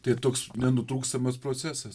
tai toks nenutrūkstamas procesas